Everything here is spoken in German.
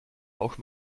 auch